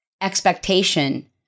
expectation